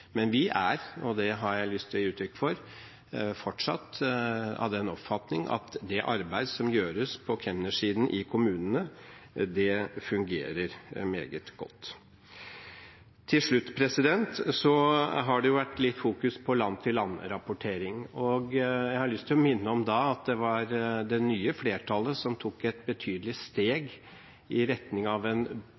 Men vi er – og det har jeg lyst til å gi uttrykk for – fortsatt av den oppfatning at det arbeid som gjøres på kemnersiden i kommunene, fungerer meget godt. Til slutt: Det har vært litt fokus på land-for-land-rapportering. Jeg har lyst til å minne om da at det nye flertallet tok et betydelig steg i retning av en